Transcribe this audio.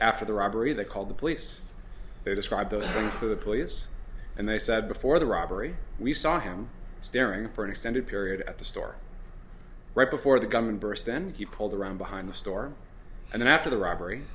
after the robbery they called the police they described those to the police and they said before the robbery we saw him staring for an extended period at the store right before the gunman burst then he pulled around behind the store and after the robbery